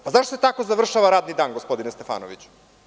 Zašto se tako završava radni dan gospodine Stefanoviću?